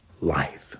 life